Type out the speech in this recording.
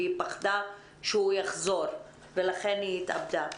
היא פחדה שהוא יחזור ולכן היא התאבדה.